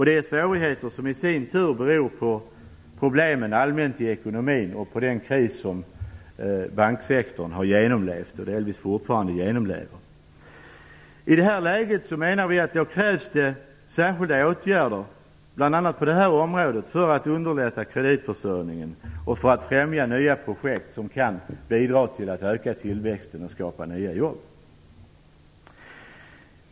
Det är svårigheter som i sin tur beror på problemen allmänt i ekonomin och på krisen som banksektorn har genomlevt och delvis fortfarande genomlever. I det här läget menar vi att det krävs särskilda åtgärder bl.a. på det här området för att underlätta kreditförsörjningen och för att främja nya företag som kan bidra till att öka tillväxten och skapa nya jobb.